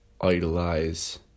idolize